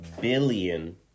billion